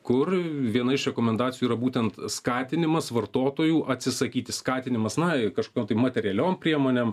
kur viena iš rekomendacijų yra būtent skatinimas vartotojų atsisakyti skatinimas na kažkokiom tai materialiom priemonėm